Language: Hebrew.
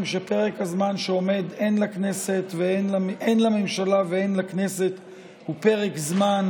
שפרק הזמן שעומד הן לממשלה והן לכנסת הוא פרק זמן